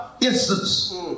instance